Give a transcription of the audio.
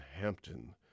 Hampton